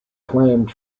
claimed